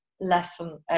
lesson